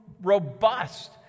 robust